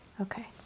Okay